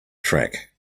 track